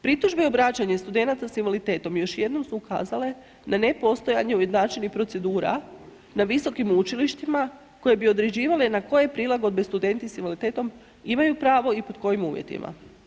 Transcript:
Pritužbe i obraćanja studenata s invaliditetom, još jednom su ukazale na nepostojanje ujednačenih procedura na visokim učilištima koje bi određivale na koje prilagodbe studenti s invaliditetom imaju pravo i pod kojim uvjetima.